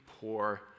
poor